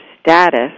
status